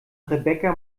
rebecca